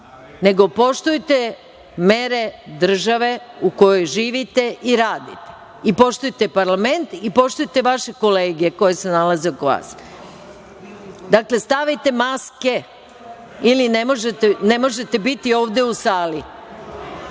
nego poštujte mere države u kojoj živite i radite i poštujte parlament i poštujte vaše kolege koji se nalaze oko vas. Dakle, stavite maske ili ne možete biti ovde u sali.